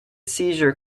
seizure